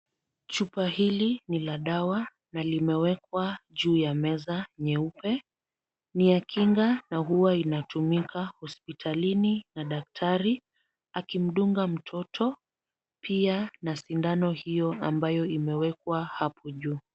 Chupa hili ni la dawa na limewekwa juu ya meza nyeupe. Ni ya kinga na huwa inatumika hospitalini na daktari akimdunga mtoto, pia na sindano hiyo ambayo imewekwa hapo juu.